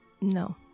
no